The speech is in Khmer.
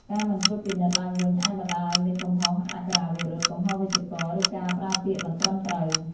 ការមិនត្រួតពិនិត្យឡើងវិញអាចបណ្តាលឲ្យមានកំហុសអក្ខរាវិរុទ្ធ កំហុសវេយ្យាករណ៍ ឬការប្រើពាក្យមិនត្រឹមត្រូវ